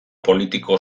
politiko